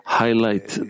highlight